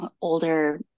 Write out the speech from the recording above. older